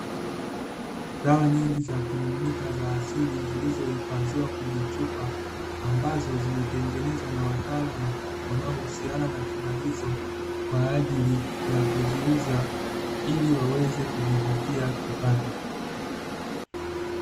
Dawa nyingi za kimiminika za asili zilizohifadhiwa kwenye chupa, ambazo zimetengenezwa na wataalamu wanaohusiana na tiba hizo, kwa ajili ya kuziuza, ili waweze kujipatia kipato.